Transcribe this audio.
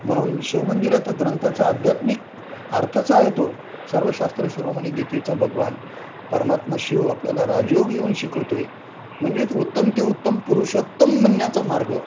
म्हणून शिवमंदिरात ग्रंथाचा आध्यात्मिक अर्थचा आहे तो सर्वशास्त्र शिरोमणी गीतेचा भगवान परमात्मा शिव आपल्याला राजयोग येऊन शिकवतो आहे म्हणजेच उत्तम ते उत्तम पुरुषोत्तम बनण्याचा मार्ग